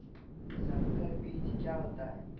संकर बीज क्या होता है?